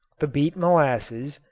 the beet molasses,